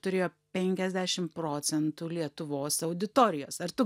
turėjo penkiasdešim procentų lietuvos auditorijos ar tu